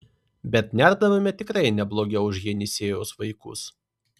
bet nerdavome tikrai neblogiau už jenisejaus vaikus